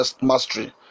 mastery